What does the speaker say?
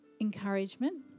encouragement